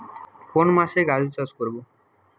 কোন মাসে গাজর চাষ করব?